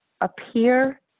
appear